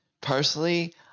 personally